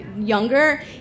younger